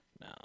No